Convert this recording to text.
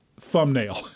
thumbnail